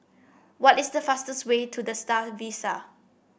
what is the fastest way to The Star Vista